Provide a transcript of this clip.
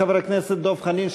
חבר הכנסת דב חנין,